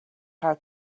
how